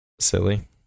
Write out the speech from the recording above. Silly